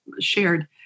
shared